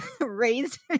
raised